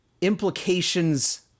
implications